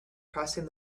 crossing